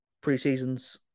pre-season's